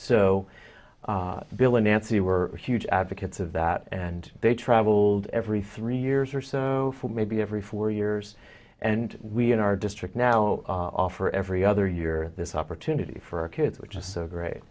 so bill and nancy were huge advocates of that and they traveled every three years or so for maybe every four years and we in our district now offer every other year this opportunity for our kids which is so great